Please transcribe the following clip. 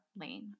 Lane